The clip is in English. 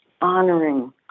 honoring